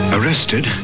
Arrested